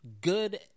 good